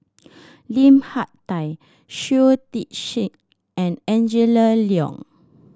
Lim Hak Tai Shui Tit Sing and Angela Liong